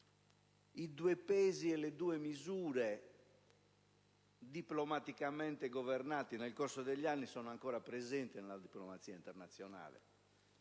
i due pesi e le due misure, diplomaticamente governati nel corso degli anni, sono ancora presenti nella diplomazia internazionale.